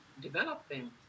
developing